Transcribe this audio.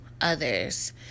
others